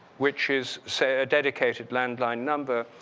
which is say, a dedicate landline number.